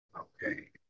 Okay